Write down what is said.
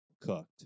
cooked